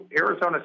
Arizona